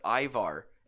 Ivar